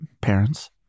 parents